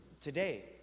Today